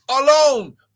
alone